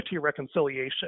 reconciliation